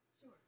Sure